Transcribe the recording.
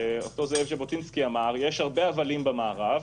הוא כתב: "יש הרבה הבלים במערב.